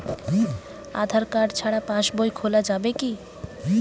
আধার card ছাড়া পাশবই খোলা যাবে কি?